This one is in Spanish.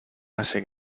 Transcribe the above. hace